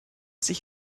sich